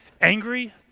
angry